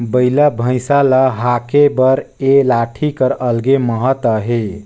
बइला भइसा ल हाके बर ए लाठी कर अलगे महत अहे